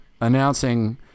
announcing